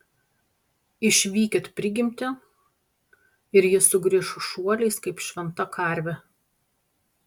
išvykit prigimtį ir ji sugrįš šuoliais kaip šventa karvė